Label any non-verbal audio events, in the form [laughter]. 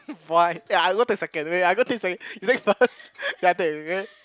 [laughs] why ya I love the second wait wait I go take the second [laughs] you like first then I take okay